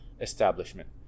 establishment